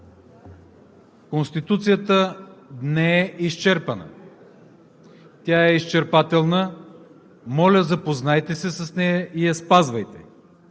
Конституцията не е изчерпана, тя е изчерпателна. Моля, запознайте се с нея и я спазвайте.